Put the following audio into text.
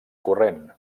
corrent